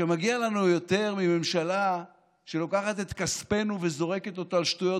שמגיע לנו יותר מממשלה שלוקחת את כספנו וזורקת אותו על שטויות.